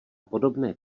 podobné